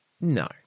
No